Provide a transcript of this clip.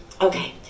Okay